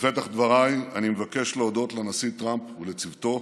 בפתח דבריי אני מבקש להודות לנשיא טראמפ ולצוותו,